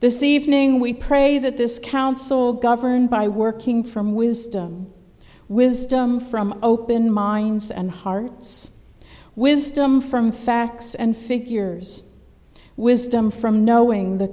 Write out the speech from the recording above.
this evening we pray that this council governed by working from wisdom wisdom from open minds and hearts wisdom from facts and figures wisdom from knowing the